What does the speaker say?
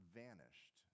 vanished